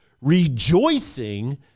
rejoicing